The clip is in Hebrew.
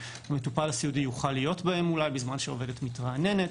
שהמטופל הסיעודי יוכל להיות בהם אולי בזמן שהעובדת מתרעננת.